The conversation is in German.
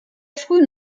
frühen